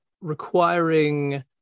requiring